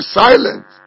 silent